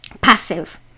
passive